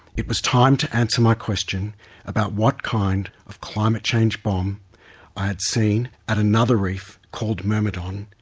it was time to answer my question about what kind of climate change bomb i had seen at another reef, called myrmidon,